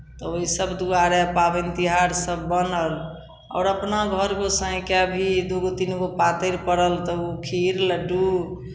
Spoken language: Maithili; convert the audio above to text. तऽ ओहिसभ दुआरे पाबनि तिहार सभ बनल आओर अपना घर गोसाइँके भी दू गो तीन गो पातरि पड़ल तऽ ओ खीर लड्डू